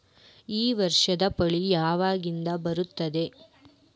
ಈ ವರ್ಷ ಮಳಿ ಯಾವಾಗಿನಿಂದ ಬರುತ್ತದೆ?